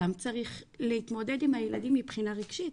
גם צריך להתמודד עם הילדים מבחינה רגשית,